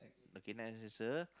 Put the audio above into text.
okay next answer